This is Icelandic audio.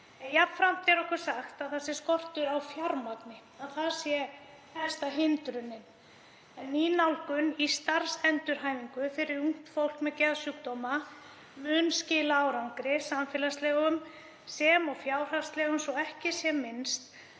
Jafnframt er okkur sagt að skortur á fjármagni sé helsta hindrunin. Ný nálgun í starfsendurhæfingu fyrir ungt fólk með geðsjúkdóma mun skila árangri, samfélagslegum sem og fjárhagslegum, svo ekki sé minnst